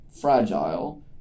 fragile